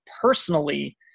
personally